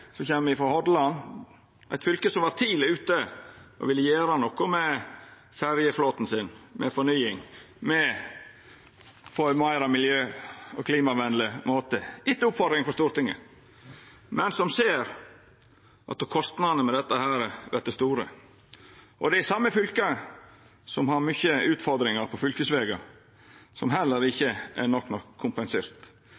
kjem frå Hordaland, eit fylke som var tidleg ute og ville gjera noko med ferjeflåten sin, få fornying, få ein meir miljø- og klimavenleg flåte – etter oppmoding frå Stortinget – men som ser at kostnadene med dette vert store. Det er det same fylket som har mange utfordringar med fylkesvegane, som heller